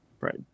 right